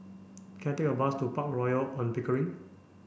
can I take a bus to Park Royal On Pickering